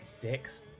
dicks